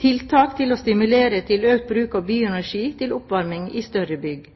tiltak for å stimulere til økt bruk av bioenergi til oppvarming i større bygg